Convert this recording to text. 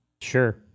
Sure